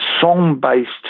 song-based